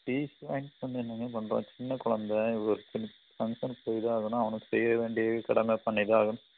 TC வாங்ன்டு வந்து என்னங்க பண்ணுறான் சின்ன குழந்த ஒரு சின்ன ஃபங்க்ஷனுக்கு போய் தான் ஆகணும் அவனுக்கு செய்ய வேண்டிய கடமை பண்ணி தான் ஆகணும்